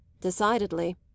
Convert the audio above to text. Decidedly